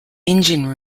engine